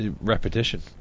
Repetition